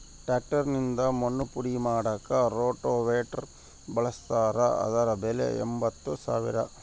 tractor ನಿಂದ ಮಣ್ಣು ಪುಡಿ ಮಾಡಾಕ ರೋಟೋವೇಟ್ರು ಬಳಸ್ತಾರ ಅದರ ಬೆಲೆ ಎಂಬತ್ತು ಸಾವಿರ